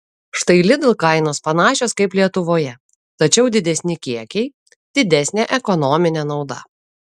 štai lidl kainos panašios kaip lietuvoje tačiau didesni kiekiai didesnė ekonominė nauda